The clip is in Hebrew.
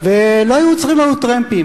ולא היו עוצרים לנו טרמפים.